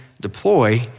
deploy